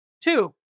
Two